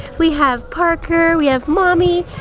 we have parker. we have mommy.